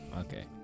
Okay